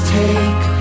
take